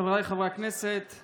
חבריי חברי הכנסת,